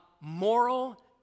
moral